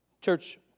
Church